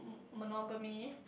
monogamy